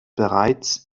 bereits